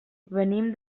venim